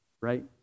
right